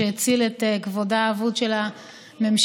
שהציל את כבודה האבוד של הממשלה.